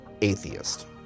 atheist